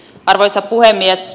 arvoisa puhemies